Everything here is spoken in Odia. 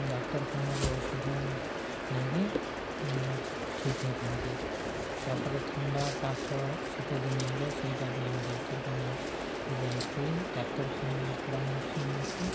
ଡାକ୍ତରଖାନାରୁ ଔଷଧ ନେଇକି ଠିକ୍ ହେଇଥାନ୍ତି ତା'ପରେ ଥଣ୍ଡା କାଶ ଶୀତ ଦିନେ ହେଲେ ସେଇଟା ବି ଆମେ ଡାକ୍ତରଖାନାକୁ ଯାଇକି ଡାକ୍ତରଖାନାର ପରାମର୍ଶ ନେଇକି